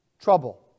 trouble